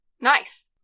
Nice